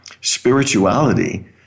spirituality